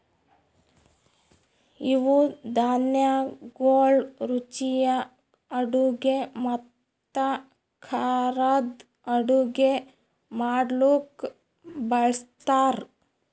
ಇವು ಧಾನ್ಯಗೊಳ್ ರುಚಿಯ ಅಡುಗೆ ಮತ್ತ ಖಾರದ್ ಅಡುಗೆ ಮಾಡ್ಲುಕ್ ಬಳ್ಸತಾರ್